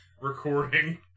Recording